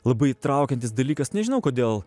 labai įtraukiantis dalykas nežinau kodėl